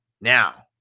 Now